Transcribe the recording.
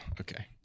Okay